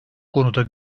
konuda